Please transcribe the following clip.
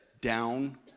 down